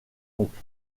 oncle